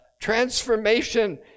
Transformation